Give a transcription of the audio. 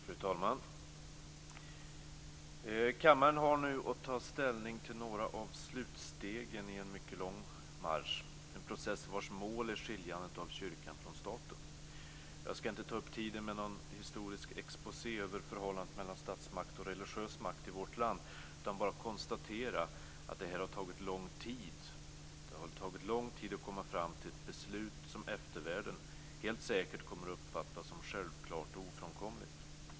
Fru talman! Kammaren har nu att ta ställning till några av slutstegen i en mycket lång process, vars mål är skiljandet av kyrkan från staten. Jag skall inte ta upp tiden med någon historisk exposé över förhållandet mellan statsmakt och religiös makt i vårt land utan bara konstatera att det här har tagit lång tid. Det har tagit lång tid att komma fram till ett beslut som eftervärlden helt säkert kommer att uppfatta som självklart och ofrånkomligt.